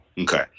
Okay